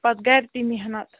پَتہٕ گَرِ تہِ محنَت